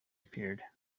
appeared